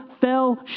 fell